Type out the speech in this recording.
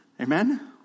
Amen